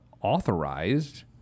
authorized